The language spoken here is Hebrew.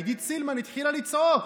עידית סילמן התחילה לצעוק: